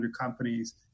companies